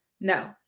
No